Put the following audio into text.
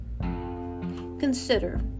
Consider